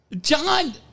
john